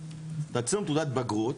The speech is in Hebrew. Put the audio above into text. צילום תעודת בגרות,